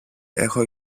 έχω